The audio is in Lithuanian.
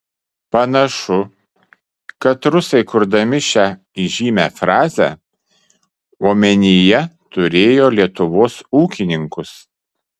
panašu kad rusai kurdami šią įžymią frazę omenyje turėjo lietuvos ūkininkus